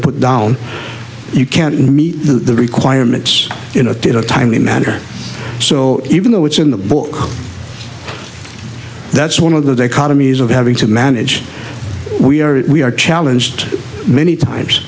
are put down you can't meet the requirements in a timely manner so even though it's in the book that's one of the dichotomies of having to manage we are we are challenged many times